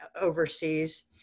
overseas